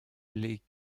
les